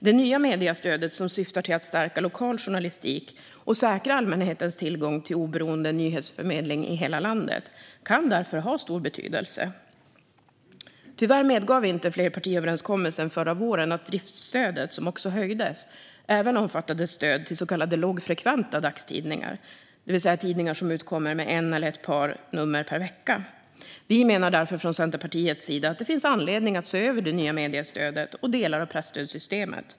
Det nya mediestödet, som syftar till att stärka lokal journalistik och säkra allmänhetens tillgång till oberoende nyhetsförmedling i hela landet, kan därför ha stor betydelse. Tyvärr medgav inte flerpartiöverenskommelsen förra våren att driftsstödet, som också höjdes, även omfattade stöd till så kallade lågfrekventa dagstidningar, det vill säga tidningar som utkommer med ett eller ett par nummer per vecka. Vi menar därför från Centerpartiets sida att det finns anledning att se över det nya mediestödet och delar av presstödssystemet.